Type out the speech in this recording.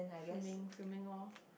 fuming fuming all